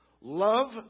love